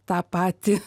tą patį